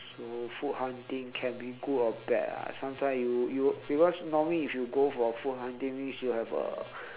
so food hunting can be good or bad ah sometimes you you because normally if you go for food hunting means you have a